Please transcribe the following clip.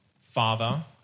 father